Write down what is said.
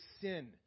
sin